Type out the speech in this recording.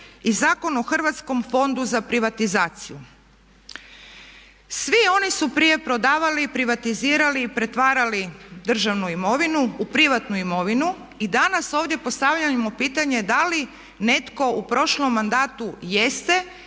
i Zakon o Hrvatskom fondu za privatizaciju. Svi oni su prije prodavali, privatizirali i pretvarali državnu imovinu u privatnu imovinu i danas ovdje postavljamo pitanje da li netko u prošlom mandatu jeste